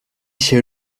się